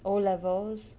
O levels